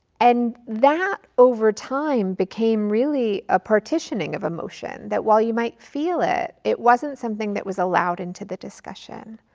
and that over time became really a partitioning of emotion that while you might feel it, it wasn't something that was allowed into the discussion.